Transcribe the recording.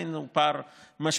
עדיין הוא פער משמעותי,